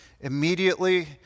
immediately